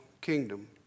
kingdom